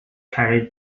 carried